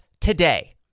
today